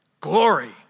Glory